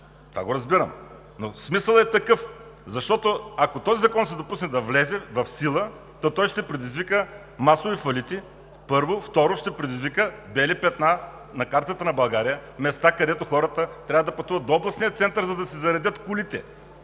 Това го разбирам, но смисълът е такъв, защото, ако този закон се допусне да влезе в сила, то той, първо, ще предизвика масови фалити. Второ, ще предизвика бели петна на картата на България – места, където хората трябва да пътуват до областния център, за да си заредят колите